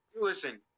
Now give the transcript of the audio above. Listen